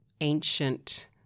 ancient